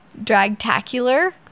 Dragtacular